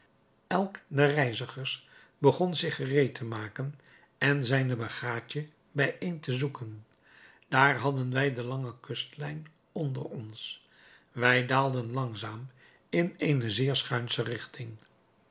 elk der reizigers begon zich gereed te maken en zijne bagaadje bijeen te zoeken daar hadden wij de lange kustlijn onder ons wij daalden langzaam in eene zeer schuinsche richting